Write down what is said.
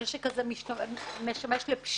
הנשק הזה משמק לפשיעה,